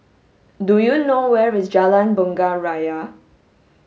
do you know where is Jalan Bunga Raya